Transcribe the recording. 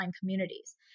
communities